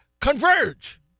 converge